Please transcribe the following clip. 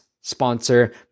sponsor